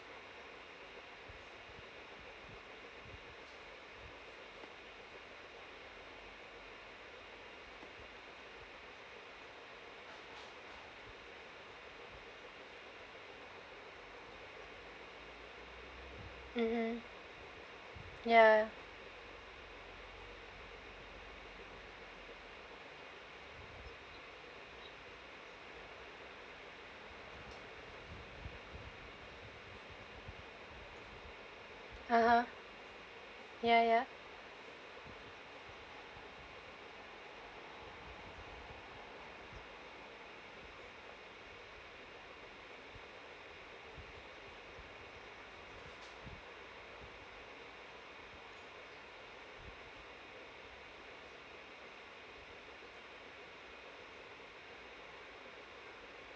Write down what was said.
mmhmm ya mmhmm ya ya